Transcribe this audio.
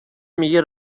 میگه